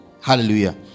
Hallelujah